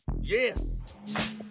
yes